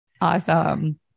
Awesome